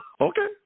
Okay